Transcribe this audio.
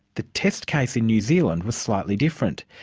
the test case in new zealand was slightly different.